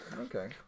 Okay